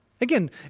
Again